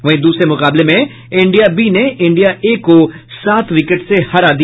वहीं दूसरे मुकाबले में इंडिया बी ने इंडिया ए को सात विकेट से हरा दिया